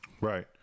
Right